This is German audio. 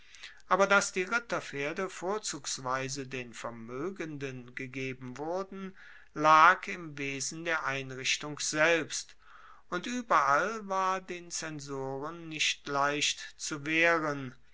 aber dass die ritterpferde vorzugsweise den vermoegenden gegeben wurden lag im wesen der einrichtung selbst und ueberall war den zensoren nicht leicht zu wehren